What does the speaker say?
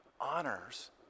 honors